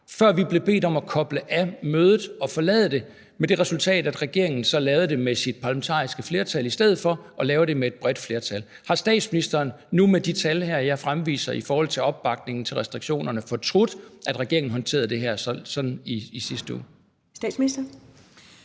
før vi blev bedt om at koble os af mødet og forlade det med det resultat, at regeringen så lavede det med sit parlamentariske flertal i stedet for at lave det med et bredt flertal. Har statsministeren nu med de tal her, som jeg fremviser, i forhold til opbakningen til restriktionerne, fortrudt, at regeringen håndterede det her sådan i sidste uge? Kl.